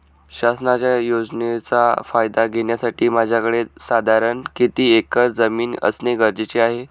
शासनाच्या योजनेचा फायदा घेण्यासाठी माझ्याकडे साधारण किती एकर जमीन असणे गरजेचे आहे?